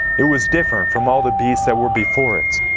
it was different from all the beasts that were before it,